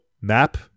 map